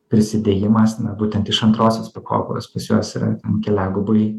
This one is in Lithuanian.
prisidėjimas na būtent iš antrosios pakopos pas juos yra keliagubai